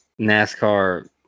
NASCAR